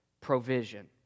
provision